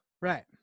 Right